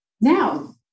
now